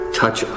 touch